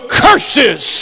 curses